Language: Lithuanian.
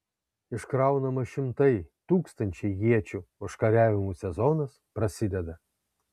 iškraunama šimtai tūkstančiai iečių užkariavimų sezonas prasideda